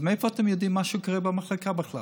אז מאיפה אתם יודעים מה שקורה במחלקה בכלל?